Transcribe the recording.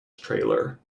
trailer